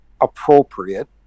appropriate